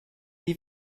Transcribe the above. die